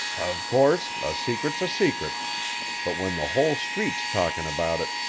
of course, a secret's a secret but when the whole street's talking about it,